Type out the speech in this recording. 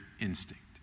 instinct